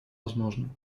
возможным